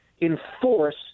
enforce